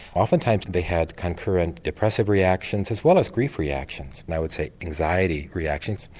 often times they had concurrent depressive reactions as well as grief reactions, and i would say anxiety reactions.